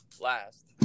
last